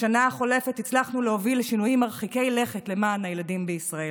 בשנה החולפת הצלחנו להוביל לשינויים מרחיקי לכת למען הילדים בישראל.